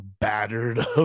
battered